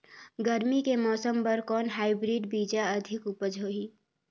गरमी के मौसम बर कौन हाईब्रिड बीजा अधिक उपज होही?